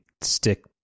stick